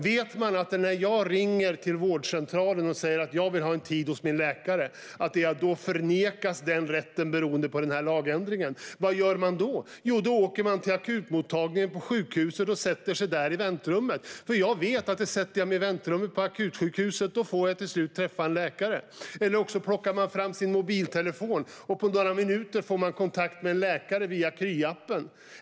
Vet jag att när jag ringer till vårdcentralen och säger att jag vill ha en tid hos min läkare då förnekas den rätten beroende på lagändringen, vad jag gör då? Jo, då åker jag till akutmottagningen på sjukhuset och sätter mig där i väntrummet. Jag vet att sätter jag mig i väntrummet på akutsjukhuset får jag till sist träffa en läkare. Eller så plockar man fram sin mobiltelefon, och på några minuter får man kontakt med en läkare via Kry-appen.